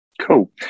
cool